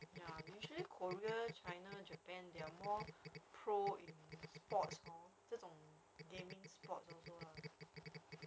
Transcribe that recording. ya usually korea china japan they are more pro in sports hor 这种 gaming sports also lah